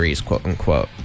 quote-unquote